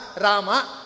Rama